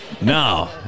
Now